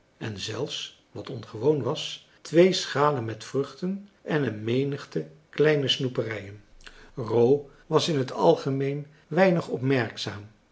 en zelfs wat ongewoon was twee schalen met vruchten en een menigte kleine snoeperijen ro was in het algemeen weinig